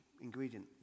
ingredient